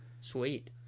Sweet